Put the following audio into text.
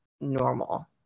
normal